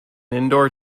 indoor